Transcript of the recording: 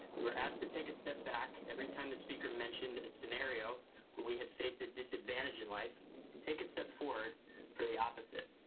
we were asked to take a step back, every time the speaker mentioned a scenario we had faced a disadvantage in life and take a step forward for the opposite.